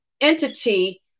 entity